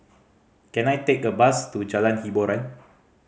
can I take a bus to Jalan Hiboran